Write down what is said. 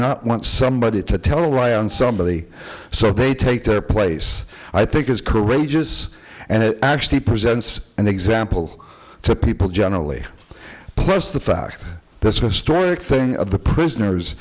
not want somebody to tell a lie on somebody so they take their place i think is courageous and it actually presents an example to people generally plus the fact the story of thing of the prisoners